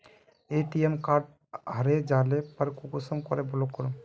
ATM card हरे जाले पर कुंसम के ब्लॉक करूम?